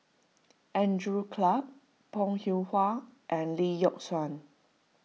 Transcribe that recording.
Andrew Clarke Bong Hiong Hwa and Lee Yock Suan